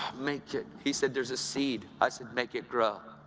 make it. he said, there's a seed. i said, make it grow!